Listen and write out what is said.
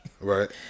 Right